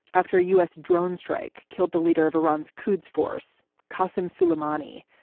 after a u s. drone strike killed the leader of iran's cuds force, kassim suleimani,